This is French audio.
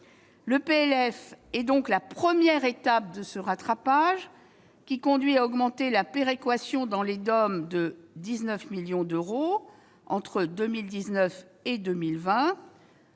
de finances est la première étape de ce rattrapage. Elle conduit à augmenter la péréquation dans les DOM de 19 millions d'euros entre 2019 et 2020,